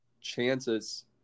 chances